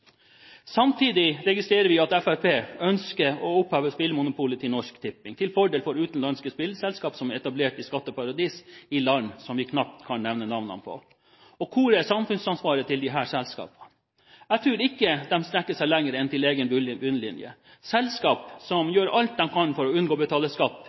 Samtidig registrerer vi at Fremskrittspartiet ønsker å oppheve spillmonopolet til Norsk Tipping, til fordel for utenlandske spillselskap som er etablert i skatteparadis i land vi knapt kan nevne navnene på. Hvor er samfunnsansvaret til disse selskapene? Jeg tror ikke de strekker seg lenger enn til egen bunnlinje. Det er selskap som gjør alt de kan for å unngå å betale skatt